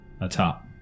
atop